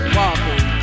walking